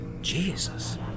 Jesus